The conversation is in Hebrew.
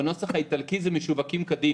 בנוסח האיטלקי זה "משווקים כדין",